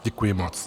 Děkuji moc.